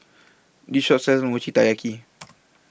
This Shop sells Mochi Taiyaki